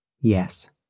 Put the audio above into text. yes